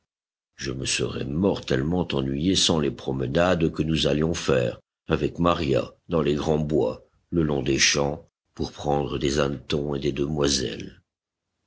je me serais mortellement ennuyé sans les promenades que nous allions faire avec maria dans les grands bois le long des champs pour prendre des hannetons et des demoiselles